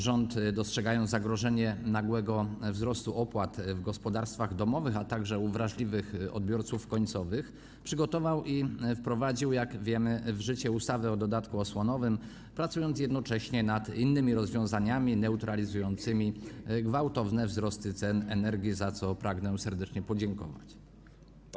Rząd, dostrzegając zagrożenie nagłego wzrostu opłat w gospodarstwach domowych, a także u wrażliwych odbiorców końcowych, przygotował i wprowadził w życie, jak wiemy, ustawę o dodatku osłonowym, pracując jednocześnie nad innymi rozwiązaniami neutralizującymi gwałtowne wzrosty cen energii, za co pragnę serdecznie podziękować.